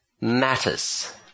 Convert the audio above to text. matters